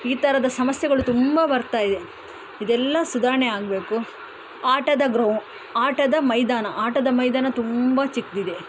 ಈ ಥರದ ಸಮಸ್ಯೆಗಳು ತುಂಬ ಬರ್ತಾಯಿದೆ ಇದೆಲ್ಲ ಸುಧಾರಣೆ ಆಗಬೇಕು ಆಟದ ಗ್ರೌ ಆಟದ ಮೈದಾನ ಆಟದ ಮೈದಾನ ತುಂಬ ಚಿಕ್ಕದಿದೆ